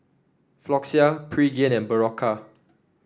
Floxia Pregain and Berocca